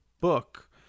book